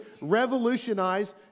revolutionize